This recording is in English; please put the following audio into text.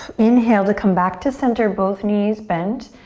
inhale to come back to center, both knees bent,